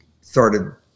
started